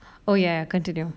oh ya continue